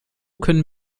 können